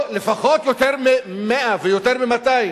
או לפחות יותר מ-100 ויותר מ-200,